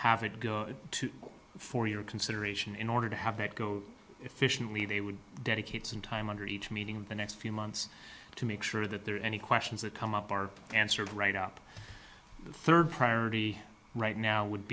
have it go to for your consideration in order to have that go efficiently they would dedicate some time under each meeting in the next few months to make sure that there are any questions that come up are answered right up third priority right now would